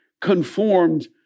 conformed